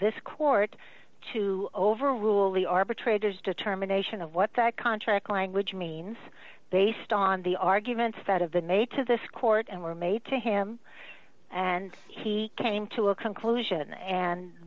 this court to overrule the arbitrators determination of what that contract language means based on the arguments that have been made to this court and were made to him and he came to a conclusion and